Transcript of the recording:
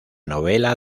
novela